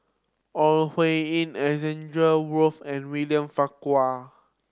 Ore Huiying Alexander Wolters and William Farquhar